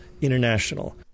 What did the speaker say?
international